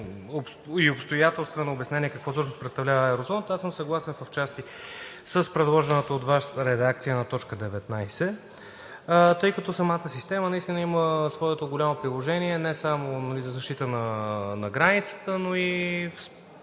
и обстоятелствено обяснение какво всъщност представлява Аеросондата. Съгласен съм отчасти с предложената от Вас редакция на т. 19, тъй като самата система наистина има своето голямо приложение не само за защита на границата, но и